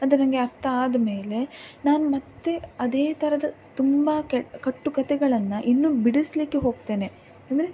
ಅದು ನನಗೆ ಅರ್ಥ ಆದ ಮೇಲೆ ನಾನು ಮತ್ತು ಅದೇ ಥರದ ತುಂಬ ಕೆ ಕಟ್ಟು ಕಥೆಗಳನ್ನು ಇನ್ನು ಬಿಡಿಸಲಿಕ್ಕೆ ಹೋಗ್ತೇನೆ ಅಂದರೆ